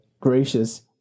gracious